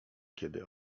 kiedy